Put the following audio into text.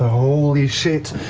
holy shit.